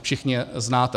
Všichni je znáte.